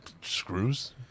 screws